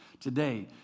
today